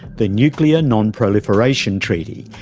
the nuclear non-proliferation treaty,